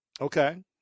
Okay